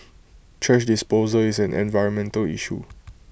thrash disposal is an environmental issue